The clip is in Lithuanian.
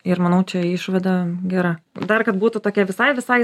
ir manau čia išvada gera dar kad būtų tokia visai visai